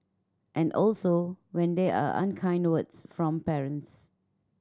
and also when there are unkind words from parents